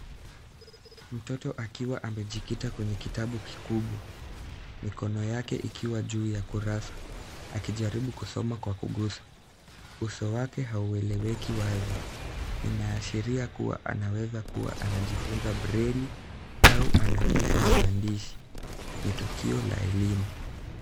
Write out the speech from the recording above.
Mtoot akiwa amejikita kwenye kitabu kikubwa, mikono yake ikiwa juu ya kurasa, akijaribu kusoma kwa kugusa. Uso wake haueleweki wazi, inaashiria kuwa anaweza kuwa anajifunza breli, au anahisi maandishi, ni tukio la elimu.